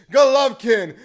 Golovkin